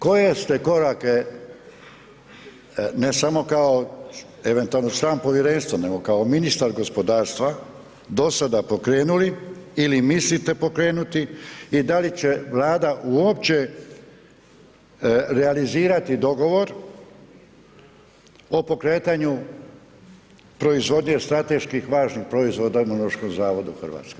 Koje ste korake, ne samo kao eventualno član povjerenstva, nego kao ministar gospodarstva, do sada pokrenuli ili mislite pokrenuti i da li će Vlada uopće realizirati dogovor o pokretanju proizvodnje strateški važnih proizvoda Imunološkom zavodu Hrvatske?